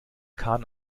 kahn